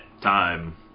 time